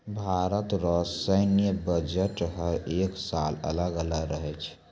भारत रो सैन्य बजट हर एक साल अलग अलग रहै छै